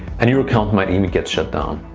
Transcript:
and your account might even get shut down.